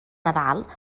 nadal